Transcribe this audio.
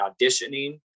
auditioning